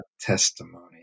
testimony